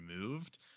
removed